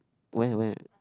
where where